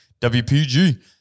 WPG